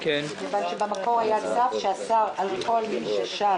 כיוון שבמקור הצו אסר על כל מי ששב